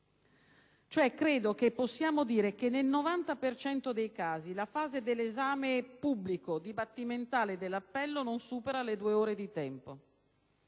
Credo che possiamo dire che nel 90 per cento dei casi la fase dell'esame pubblico, dibattimentale dell'appello non supera le due ore di tempo.